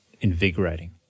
invigorating